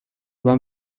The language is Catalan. van